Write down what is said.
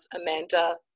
Amanda